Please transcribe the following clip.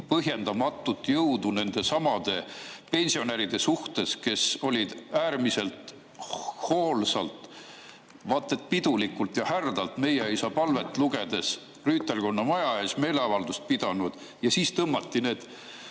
põhjendamatult jõudu nendesamade pensionäride vastu, kes olid äärmiselt hoolsalt, vaat et pidulikult ja härdalt meieisapalvet lugedes rüütelkonna maja ees meeleavaldust pidanud. Ja siis tõmmati need